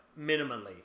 minimally